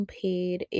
paid